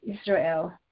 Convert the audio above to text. Israel